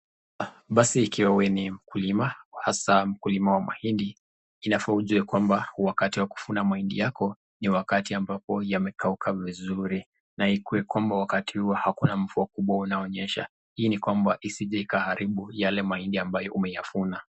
Basi ikiwa we ni mkulima, asa mkulima wa mahindi ,inafaa ujue kwamba wakati wa kuvuna mahindi yako ni wakati ambapo yamekauka vizuri na ikuwe kwamba wakati huo hakuna mvua kubwa inaonyesha. hii ni kwamba isije ikaharibu Yale mahindi ambayo umeyavuna.